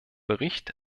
bericht